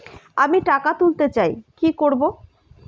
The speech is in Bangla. আমি টাকা তুলতে চাই কি করব?